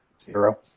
Zero